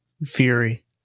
Fury